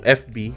fb